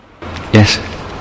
Yes